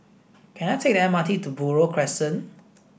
can I take the M R T to Buroh Crescent